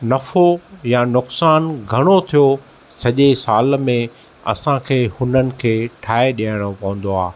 नफ़ो या नुक़सानु घणो थियो सॼे साल में असां खे हुननि खे ठाहे ॾियणो पवंदो आहे